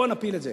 בואו נפיל את זה.